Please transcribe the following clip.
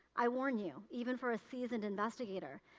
i warn you, even for a seasoned investigator,